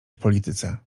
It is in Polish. polityce